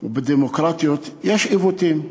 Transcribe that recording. ובדמוקרטיות יש עיוותים משפטיים.